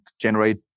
generate